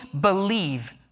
believe